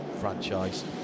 franchise